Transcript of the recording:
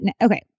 Okay